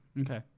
Okay